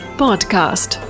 podcast